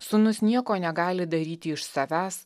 sūnus nieko negali daryti iš savęs